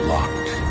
Locked